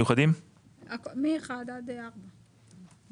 עד (4).